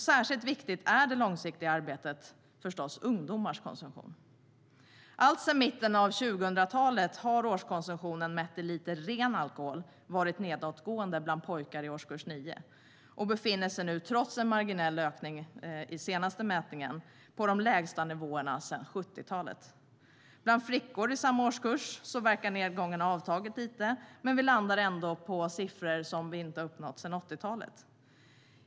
Särskilt viktigt i det långsiktiga arbetet är förstås ungdomars konsumtion. Alltsedan mitten av 2000-talet har årskonsumtionen mätt i liter ren alkohol varit nedåtgående bland pojkar i årskurs 9 och befinner sig nu trots en marginell ökning - enligt den senaste mätningen från förra året - på de lägsta nivåerna sedan 1970-talet. Bland flickor i samma årskurs verkar nedgången ha avtagit något, men vi landar ändå på siffror som inte har uppnåtts sedan mitten av 80-talet.